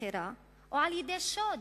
מכירה או על-ידי שוד,